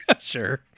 sure